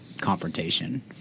confrontation